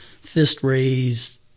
fist-raised